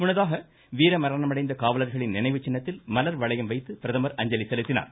முன்னதாக வீர மரணமடைந்த காவலர்களின் நினைவுச்சின்னத்தில் மலர் வளையம் வைத்து பிரதமர் அஞ்சலி செலுத்தினார்